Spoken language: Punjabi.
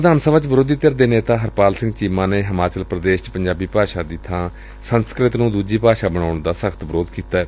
ਵਿਰੋਧੀ ਧਿਰ ਦੇ ਨੇਤਾ ਹਰਪਾਲ ਸਿੰਘ ਚੀਮਾ ਨੇ ਹਿਮਾਚਲ ਪ੍ਦੇਸ਼ ਚ ਪੰਜਾਬੀ ਭਾਸ਼ਾ ਦੀ ਥਾਂ ਸੰਸਕ੍ਤਿ ਨੂੰ ਦੂਜੀ ਭਾਸ਼ਾ ਬਣਾਉਣ ਦਾ ਸਖ਼ਤ ਵਿਰੋਧ ਕੀਤੈ